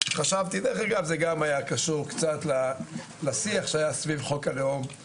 דרך אגב זה גם היה קשור קצת לשיח שהיה סביב חוק הלאום,